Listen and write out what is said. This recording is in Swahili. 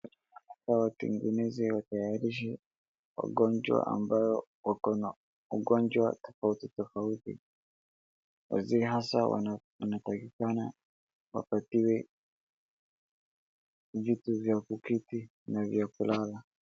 wawe tengeneze watayarishi wagonjwa ambao wako na ugonjwa tofauti tofauti. Wazee wanatakikana wapatiwe vitu vya kuketi na vyakulala.